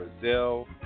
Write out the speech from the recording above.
Brazil